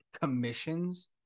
Commissions